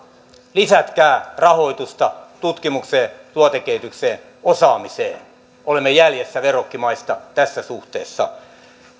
lisätkää rahoitusta tutkimukseen tuotekehitykseen ja osaamiseen olemme jäljessä verrokkimaista tässä suhteessa